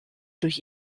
durch